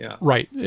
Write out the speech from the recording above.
Right